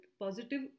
positive